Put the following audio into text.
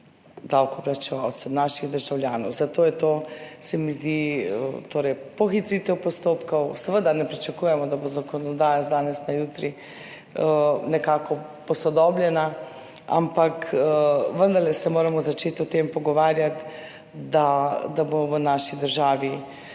davkoplačevalcev, naših državljanov. Zato je to, se mi zdi, pohitritev postopkov. Seveda ne pričakujemo, da bo zakonodaja z danes na jutri posodobljena, ampak vendarle se moramo začeti o tem pogovarjati, da bo v naši državi